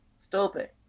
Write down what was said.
stupid